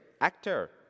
actor